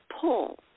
pull